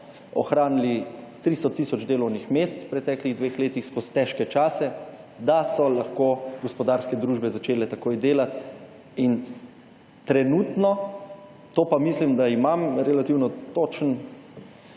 ohranili 300 tisoč delovnih mest v preteklih dveh letih skozi težke čase, da so lahko gospodarske družbe začele takoj delati. In trenutno, to pa mislim, da imam relativno točen